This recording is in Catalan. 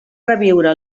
reviure